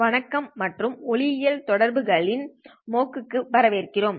வணக்கம் மற்றும் ஒளியியல் தொடர்புகள்களின் வரவேற்கிறோம்